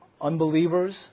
unbelievers